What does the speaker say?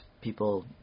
people